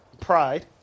pride